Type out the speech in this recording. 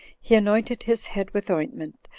he anointed his head with ointment,